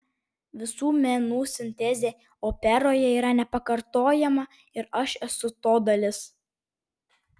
visų menų sintezė operoje yra nepakartojama ir aš esu to dalis